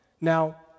Now